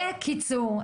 בקיצור,